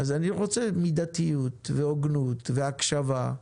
אני רוצה מידתיות, הוגנות, הקשבה,